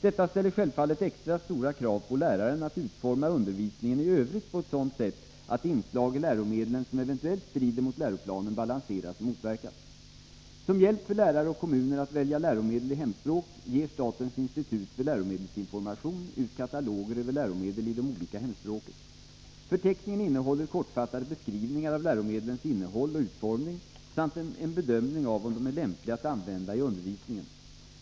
Detta ställer självfallet extra stora krav på läraren att utforma undervisningen i övrigt på ett sådant sätt att inslag i läromedlen som eventuellt strider mot läroplanen balanseras och motverkas. Som hjälp för lärare och kommuner att välja läromedel i hemspråk ger statens institut för läromedelsinformation ut kataloger över läromedel i de olika hemspråken. Förteckningen innehåller kortfattade beskrivningar av läromedlens 15 Nr 44 innehåll och utformning samt en bedömning av om de är lämpliga att Måndagen den använda i undervisningen.